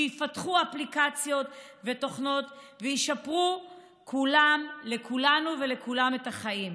שיפתחו אפליקציות ותוכנות וישפרו לכולנו את החיים,